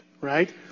right